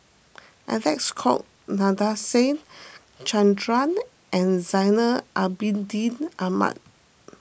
Alec Kuok Nadasen Chandra and Zainal Abidin Ahmad